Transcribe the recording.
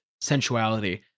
sensuality